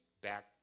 back